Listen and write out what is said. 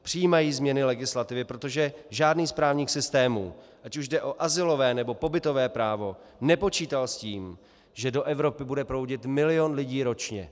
Přijímají změny legislativy, protože žádný z právních systémů, ať už jde o azylové, nebo pobytové právo, nepočítal s tím, že do Evropy bude proudit milion lidí ročně.